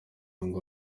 ngo